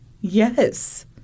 Yes